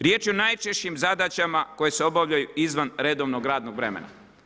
Riječ je o najčešćim zadaćama koje se obavljaju izvan redovnog radnog vremena.